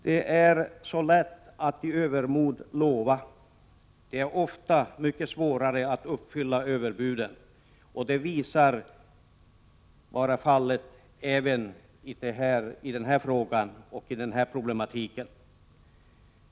Det är så lätt att i övermod avge löften. Men det är ofta mycket svårare att uppfylla löftena när det gäller sådana här överbud. Det visar sig vara fallet även i fråga om denna problematik.